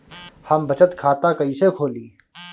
हम बचत खाता कईसे खोली?